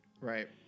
Right